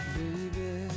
Baby